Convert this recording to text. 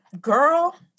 Girl